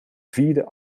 vierde